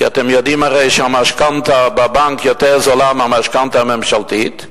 כי אתם יודעים הרי שהמשכנתה בבנק יותר זולה מהמשכנתה הממשלתית,